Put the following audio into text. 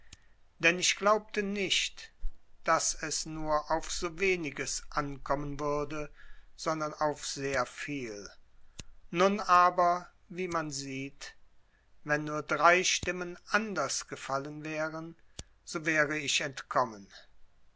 denn ich glaubte nicht daß es nur auf so weniges ankommen würde sondern auf sehr viel nun aber wie man sieht wenn nur drei stimmen anders gefallen wären so wäre ich entkommen